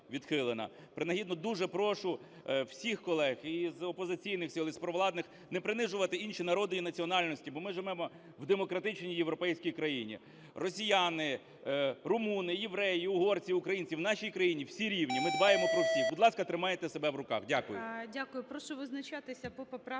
Принагідно дуже прошу всіх колег – і з опозиційних сил, і з провладних – не принижувати інші народи і національності, бо ми живемо в демократичній європейській країні. Росіяни, румуни, євреї, угорці, українці – в нашій країні всі рівні, ми дбаємо про всіх. Будь ласка, тримайте себе в руках. Дякую.